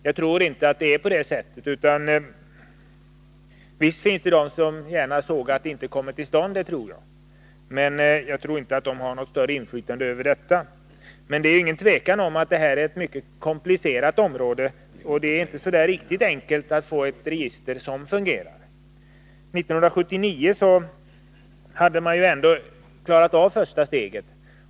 Jag tror inte att det förhåller sig på det sättet. Visst finns det de som gärna ser att det inte kommer till stånd, men jag tror inte att de har något större inflytande. Det är emellertid inget tvivel om att det här rör sig om ett mycket komplicerat område. Därför är det inte så enkelt att få ett register som fungerar. År 1979 hade man ändå klarat av det första steget.